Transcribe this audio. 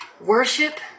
worship